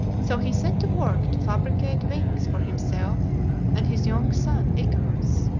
so he set to work to fabricate wings for himself and his young son icarus.